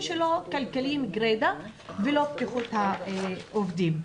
שלו כלכליים גרידא ולא בטיחות העובדים.